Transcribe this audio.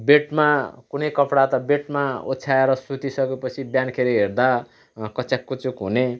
बेडमा कुनै कपडा त बेडमा ओछ्याएर सुतिसकेपछि बिहानखेरि हेर्दा कच्याककुचुक हुने